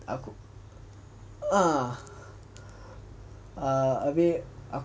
ah abeh